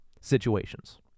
situations